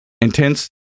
intense